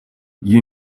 you